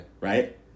Right